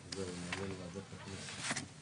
(היו"ר מוסי רז)